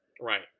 Right